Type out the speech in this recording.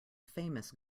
famous